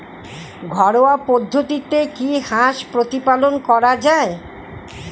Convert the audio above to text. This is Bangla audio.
ঘরোয়া পদ্ধতিতে কি হাঁস প্রতিপালন করা যায়?